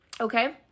okay